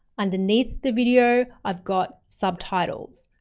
underneath the video, i've got subtitles.